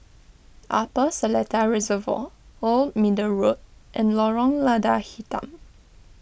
Upper Seletar Reservoir Old Middle Road and Lorong Lada Hitam